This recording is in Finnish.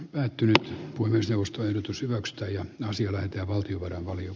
päättynyt kumiseos toimitusvox tai asioilla ja valtiovarainvalion